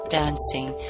dancing